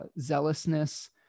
zealousness